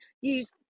use